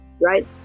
right